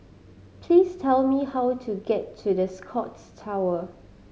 please tell me how to get to The Scotts Tower